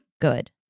good